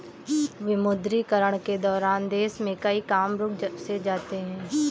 विमुद्रीकरण के दौरान देश में कई काम रुक से जाते हैं